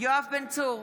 יואב בן צור,